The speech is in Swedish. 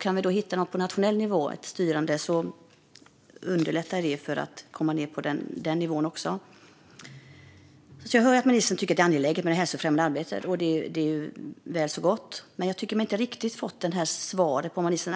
Kan vi hitta något styrande på nationell nivå underlättar det också på den här nivån. Jag hör att ministern tycker att det är angeläget med det hälsofrämjande arbetet. Det är väl så gott, men jag tycker mig inte riktigt ha fått svar från ministern: